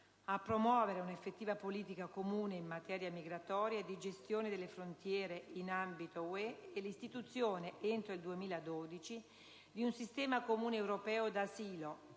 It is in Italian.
«a promuovere una effettiva politica comune in materia migratoria e di gestione delle frontiere in ambito UE e l'istituzione, entro il 2012, di un Sistema comune europeo d'asilo